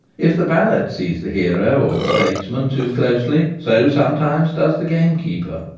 if the valet sees the hero or the statesman too closely, so sometimes does the gamekeeper.